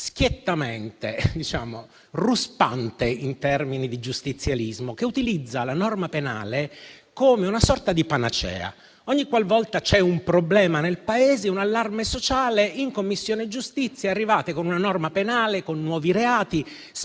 schiettamente ruspante in termini di giustizialismo, che utilizza la norma penale come una sorta di panacea: ogniqualvolta c'è un problema nel Paese o un allarme sociale, in Commissione giustizia arrivate con una norma penale, con nuovi reati, spesso